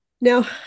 Now